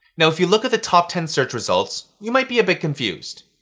now, if you look at the top ten search results, you might be a bit confused.